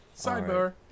Sidebar